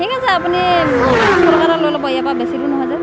ঠিক আছে আপুনি পাঁচশ টকা এটা লৈ ল'ব ইয়াৰ পৰা বেছি দূৰ নহয় যে